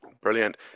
Brilliant